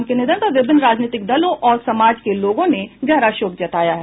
उनके निधन पर विभिन्न राजनीतिक दलों और समाज के लोगों ने गहरा शोक जताया है